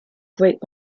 great